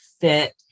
fit